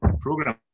program